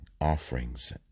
offerings